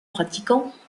pratiquants